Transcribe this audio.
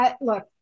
Look